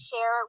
share